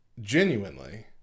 genuinely